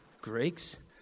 Greeks